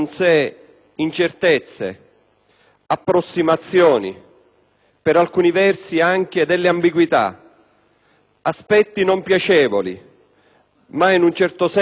approssimazioni, per alcuni versi anche delle ambiguità, aspetti non piacevoli, ma in un certo senso inevitabili.